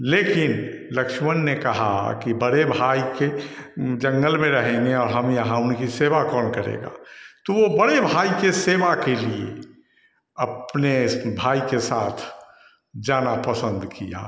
लेकिन लक्ष्मण ने कहा कि बड़े भाई के जंगल में रहेंगे और हम यहाँ उनकी सेवा कौन करेगा तो वो बड़े भाई के सेवा के लिए अपने भाई के साथ जाना पसंद किया